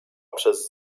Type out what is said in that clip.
przez